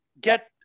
Get